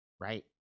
Right